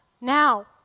now